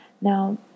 Now